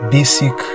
Basic